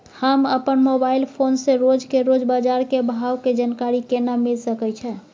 हम अपन mobile phone से रोज के रोज बाजार के भाव के जानकारी केना मिल सके छै?